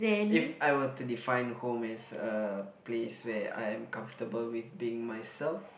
if I were to define home is a place where I am comfortable with being myself